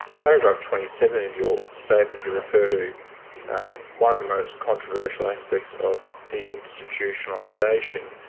paragraph twenty seven of your statement you refer to one of the most controversial aspects of deinstitutionalisation.